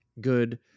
good